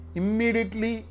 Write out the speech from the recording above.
immediately